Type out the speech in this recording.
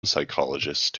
psychologists